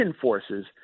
forces